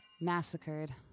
Massacred